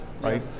right